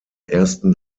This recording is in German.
ersten